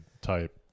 type